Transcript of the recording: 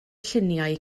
lluniau